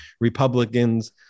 Republicans